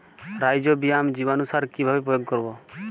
Rhizobium জীবানুসার কিভাবে প্রয়োগ করব?